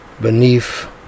beneath